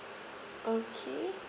okay